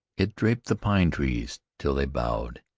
it draped the pine-trees till they bowed,